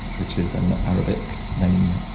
which is an arabic name